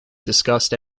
discussed